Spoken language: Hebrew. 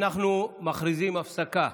אנחנו מכריזים על הפסקה.